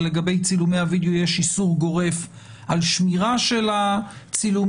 ולגבי צילומי הווידאו יש איסור גורף על שמירה של הצילומים.